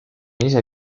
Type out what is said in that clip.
ise